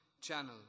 channel